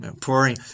Pouring